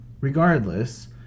regardless